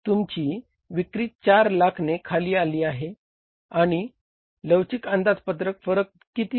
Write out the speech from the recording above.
तुमची विक्री 400000 ने खाली आली आहे आणि लवचिक अंदाजपत्रक फरक किती आहे